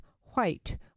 white